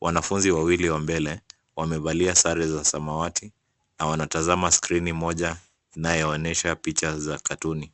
Wanafunzi wawili wa mbele wamevalia sare za samawati na wanatazama skrini moja inayoonyesha picha za katuni.